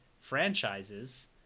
franchises